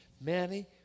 Manny